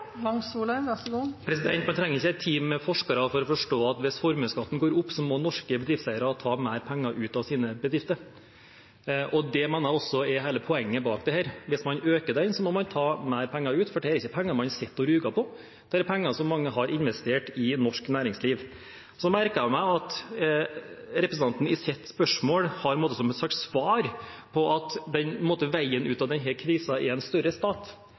Man trenger ikke et team med forskere for å forstå at hvis formuesskatten går opp, må norske bedriftseiere ta mer penger ut av sine bedrifter. Det mener jeg også er hele poenget bak dette. Hvis man øker den, må man ta mer penger ut, for dette er ikke penger man sitter og ruger på, det er penger som mange har investert i norsk næringsliv. Så merket jeg meg at representanten i sitt spørsmål har som et slags svar at veien ut av denne krisen er en større stat.